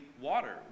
water